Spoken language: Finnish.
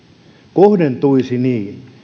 kohdentuisi niin